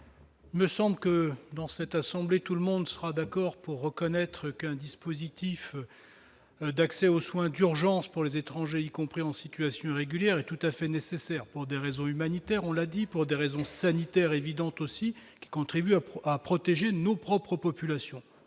Me semble que dans cette assemblée, tout le monde sera d'accord pour reconnaître qu'un dispositif d'accès aux soins d'urgence pour les étrangers, compréhensifs, lui assure régulière et tout à fait nécessaire pour des raisons humanitaires, on l'a dit, pour des raisons sanitaires évidentes aussi qui contribuent à à protéger nos propres populations